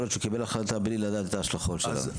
יכול להיות שהוא קיבל החלטה בלי לדעת את ההשלכות שלה.